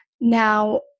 Now